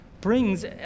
brings